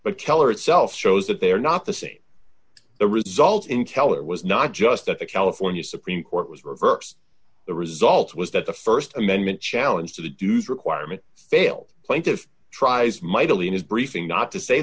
but keller itself shows that they are not the same the result in keller was not just that the california supreme court was reverse the result was that the st amendment challenge to the dues requirement failed plaintiff tries mightily in his briefing not to say